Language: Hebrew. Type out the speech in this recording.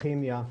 כימיה,